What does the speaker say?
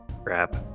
crap